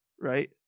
Right